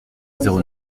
zéro